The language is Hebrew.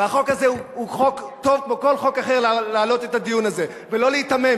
החוק הזה הוא חוק טוב כמו כל חוק אחר להעלות את הדיון הזה ולא להיתמם.